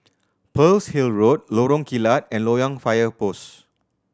Pearl's Hill Road Lorong Kilat and Loyang Fire Post